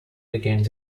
begins